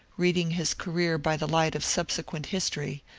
reading his career by the light of subsequent history,